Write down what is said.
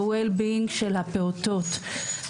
וישבנו גם חברתי וגם אני לא מעט עם הארגונים וגם הגנים והפעוטונים,